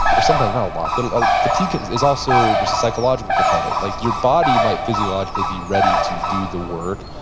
or sometimes, not a lot, but ah fatigue is is also, there's a psychological component. like your body might be physiologically be ready to do the work,